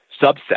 subset